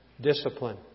discipline